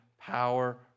power